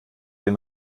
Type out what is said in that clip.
den